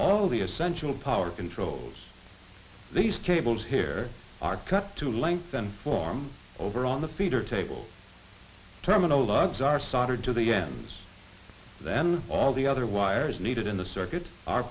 of the essential power controls these cables here are cut to length and form over on the feeder table terminal lugs are soldered to the ns then all the other wires needed in the circuit are